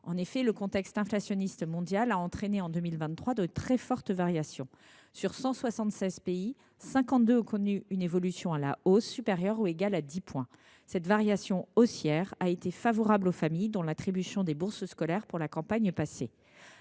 En effet, le contexte inflationniste mondial a entraîné en 2023 de très fortes variations. Sur 176 pays, 52 ont connu une évolution à la hausse supérieure ou égale à 10 points. Cette variation haussière a ainsi été favorable aux familles dans l’attribution des bourses scolaires pour la campagne passée.